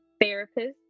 Therapist